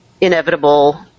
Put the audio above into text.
inevitable